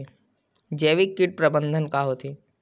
जैविक कीट प्रबंधन का होथे?